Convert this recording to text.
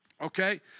Okay